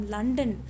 London